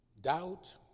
Doubt